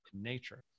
nature